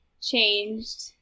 changed